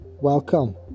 Welcome